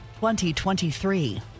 2023